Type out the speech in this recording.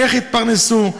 איך יתפרנסו,